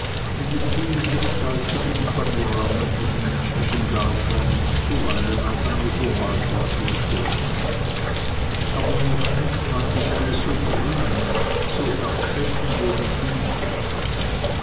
in dem vielgestaltigen panorama des menschlichen daseins zuweilen auf eine oase zu stoßen aber noch nie fand eine so grüne so erquickende wie diese